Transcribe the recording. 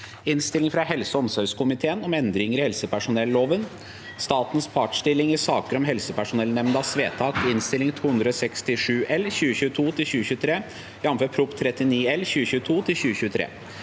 Innstilling frå helse- og omsorgskomiteen om Endringer i helsepersonelloven (statens partsstilling i saker om Helsepersonellnemndas vedtak) (Innst. 267 L (2022–2023), jf. Prop. 39 L (2022–2023))